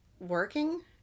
working